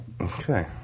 Okay